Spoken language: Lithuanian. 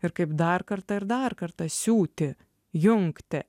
ir kaip dar kartą ir dar kartą siūti jungti